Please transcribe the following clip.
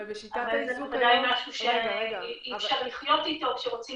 אבל זה ודאי משהו שאי אפשר לחיות אתו כשרוצים